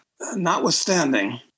notwithstanding